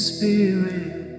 Spirit